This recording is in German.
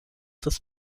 des